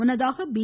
முன்னதாக பி